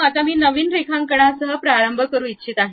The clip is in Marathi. आता मी नवीन रेखांकनासह प्रारंभ करू इच्छित आहे